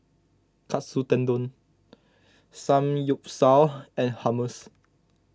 Katsu Tendon Samgyeopsal and Hummus